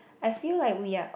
I feel like we are